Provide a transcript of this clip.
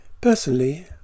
Personally